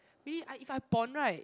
really I if I pon right